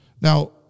Now